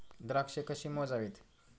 द्राक्षे कशी मोजावीत?